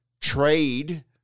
trade